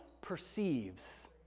perceives